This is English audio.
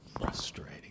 frustrating